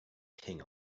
king